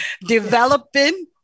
developing